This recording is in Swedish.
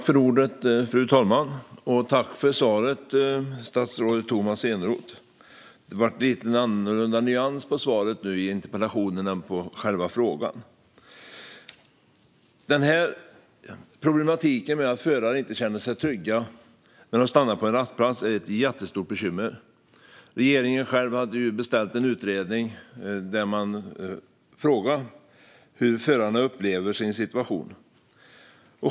Fru talman! Tack för svaret, Tomas Eneroth! Det var en lite annorlunda nyans på svaret på interpellationen jämfört med svaret på den skriftliga frågan. Problematiken med att förare inte känner sig trygga när de stannar på en rastplats är ett jättestort bekymmer, och regeringen beställde en utredning där man frågade hur förarna upplever sin situation.